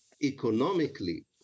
economically